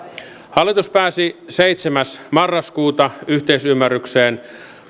hallitus pääsi seitsemäs marraskuuta yhteisymmärrykseen